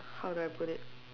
how do I put it